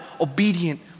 obedient